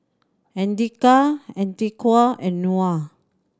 Andika Atiqah and Nura